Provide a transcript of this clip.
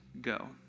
go